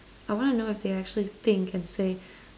I want to know if they actually think and say